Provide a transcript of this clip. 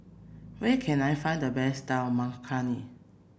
where can I find the best Dal Makhani